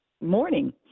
morning